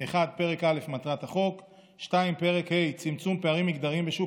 1. פרק א' (מטרת החוק); 2. פרק ה' (צמצום פערים מגדריים בשוק